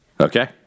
Okay